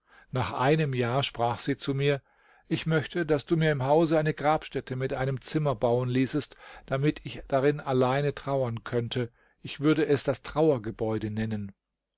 nach einem jahr sprach sie zu mir ich möchte daß du mir im hause eine grabstätte mit einem zimmer bauen ließest damit ich darin allein trauern könnte ich würde es das trauergebäude nennen